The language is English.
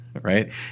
right